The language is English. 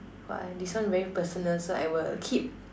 !wah! this one very personal so I will keep